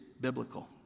biblical